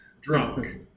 Drunk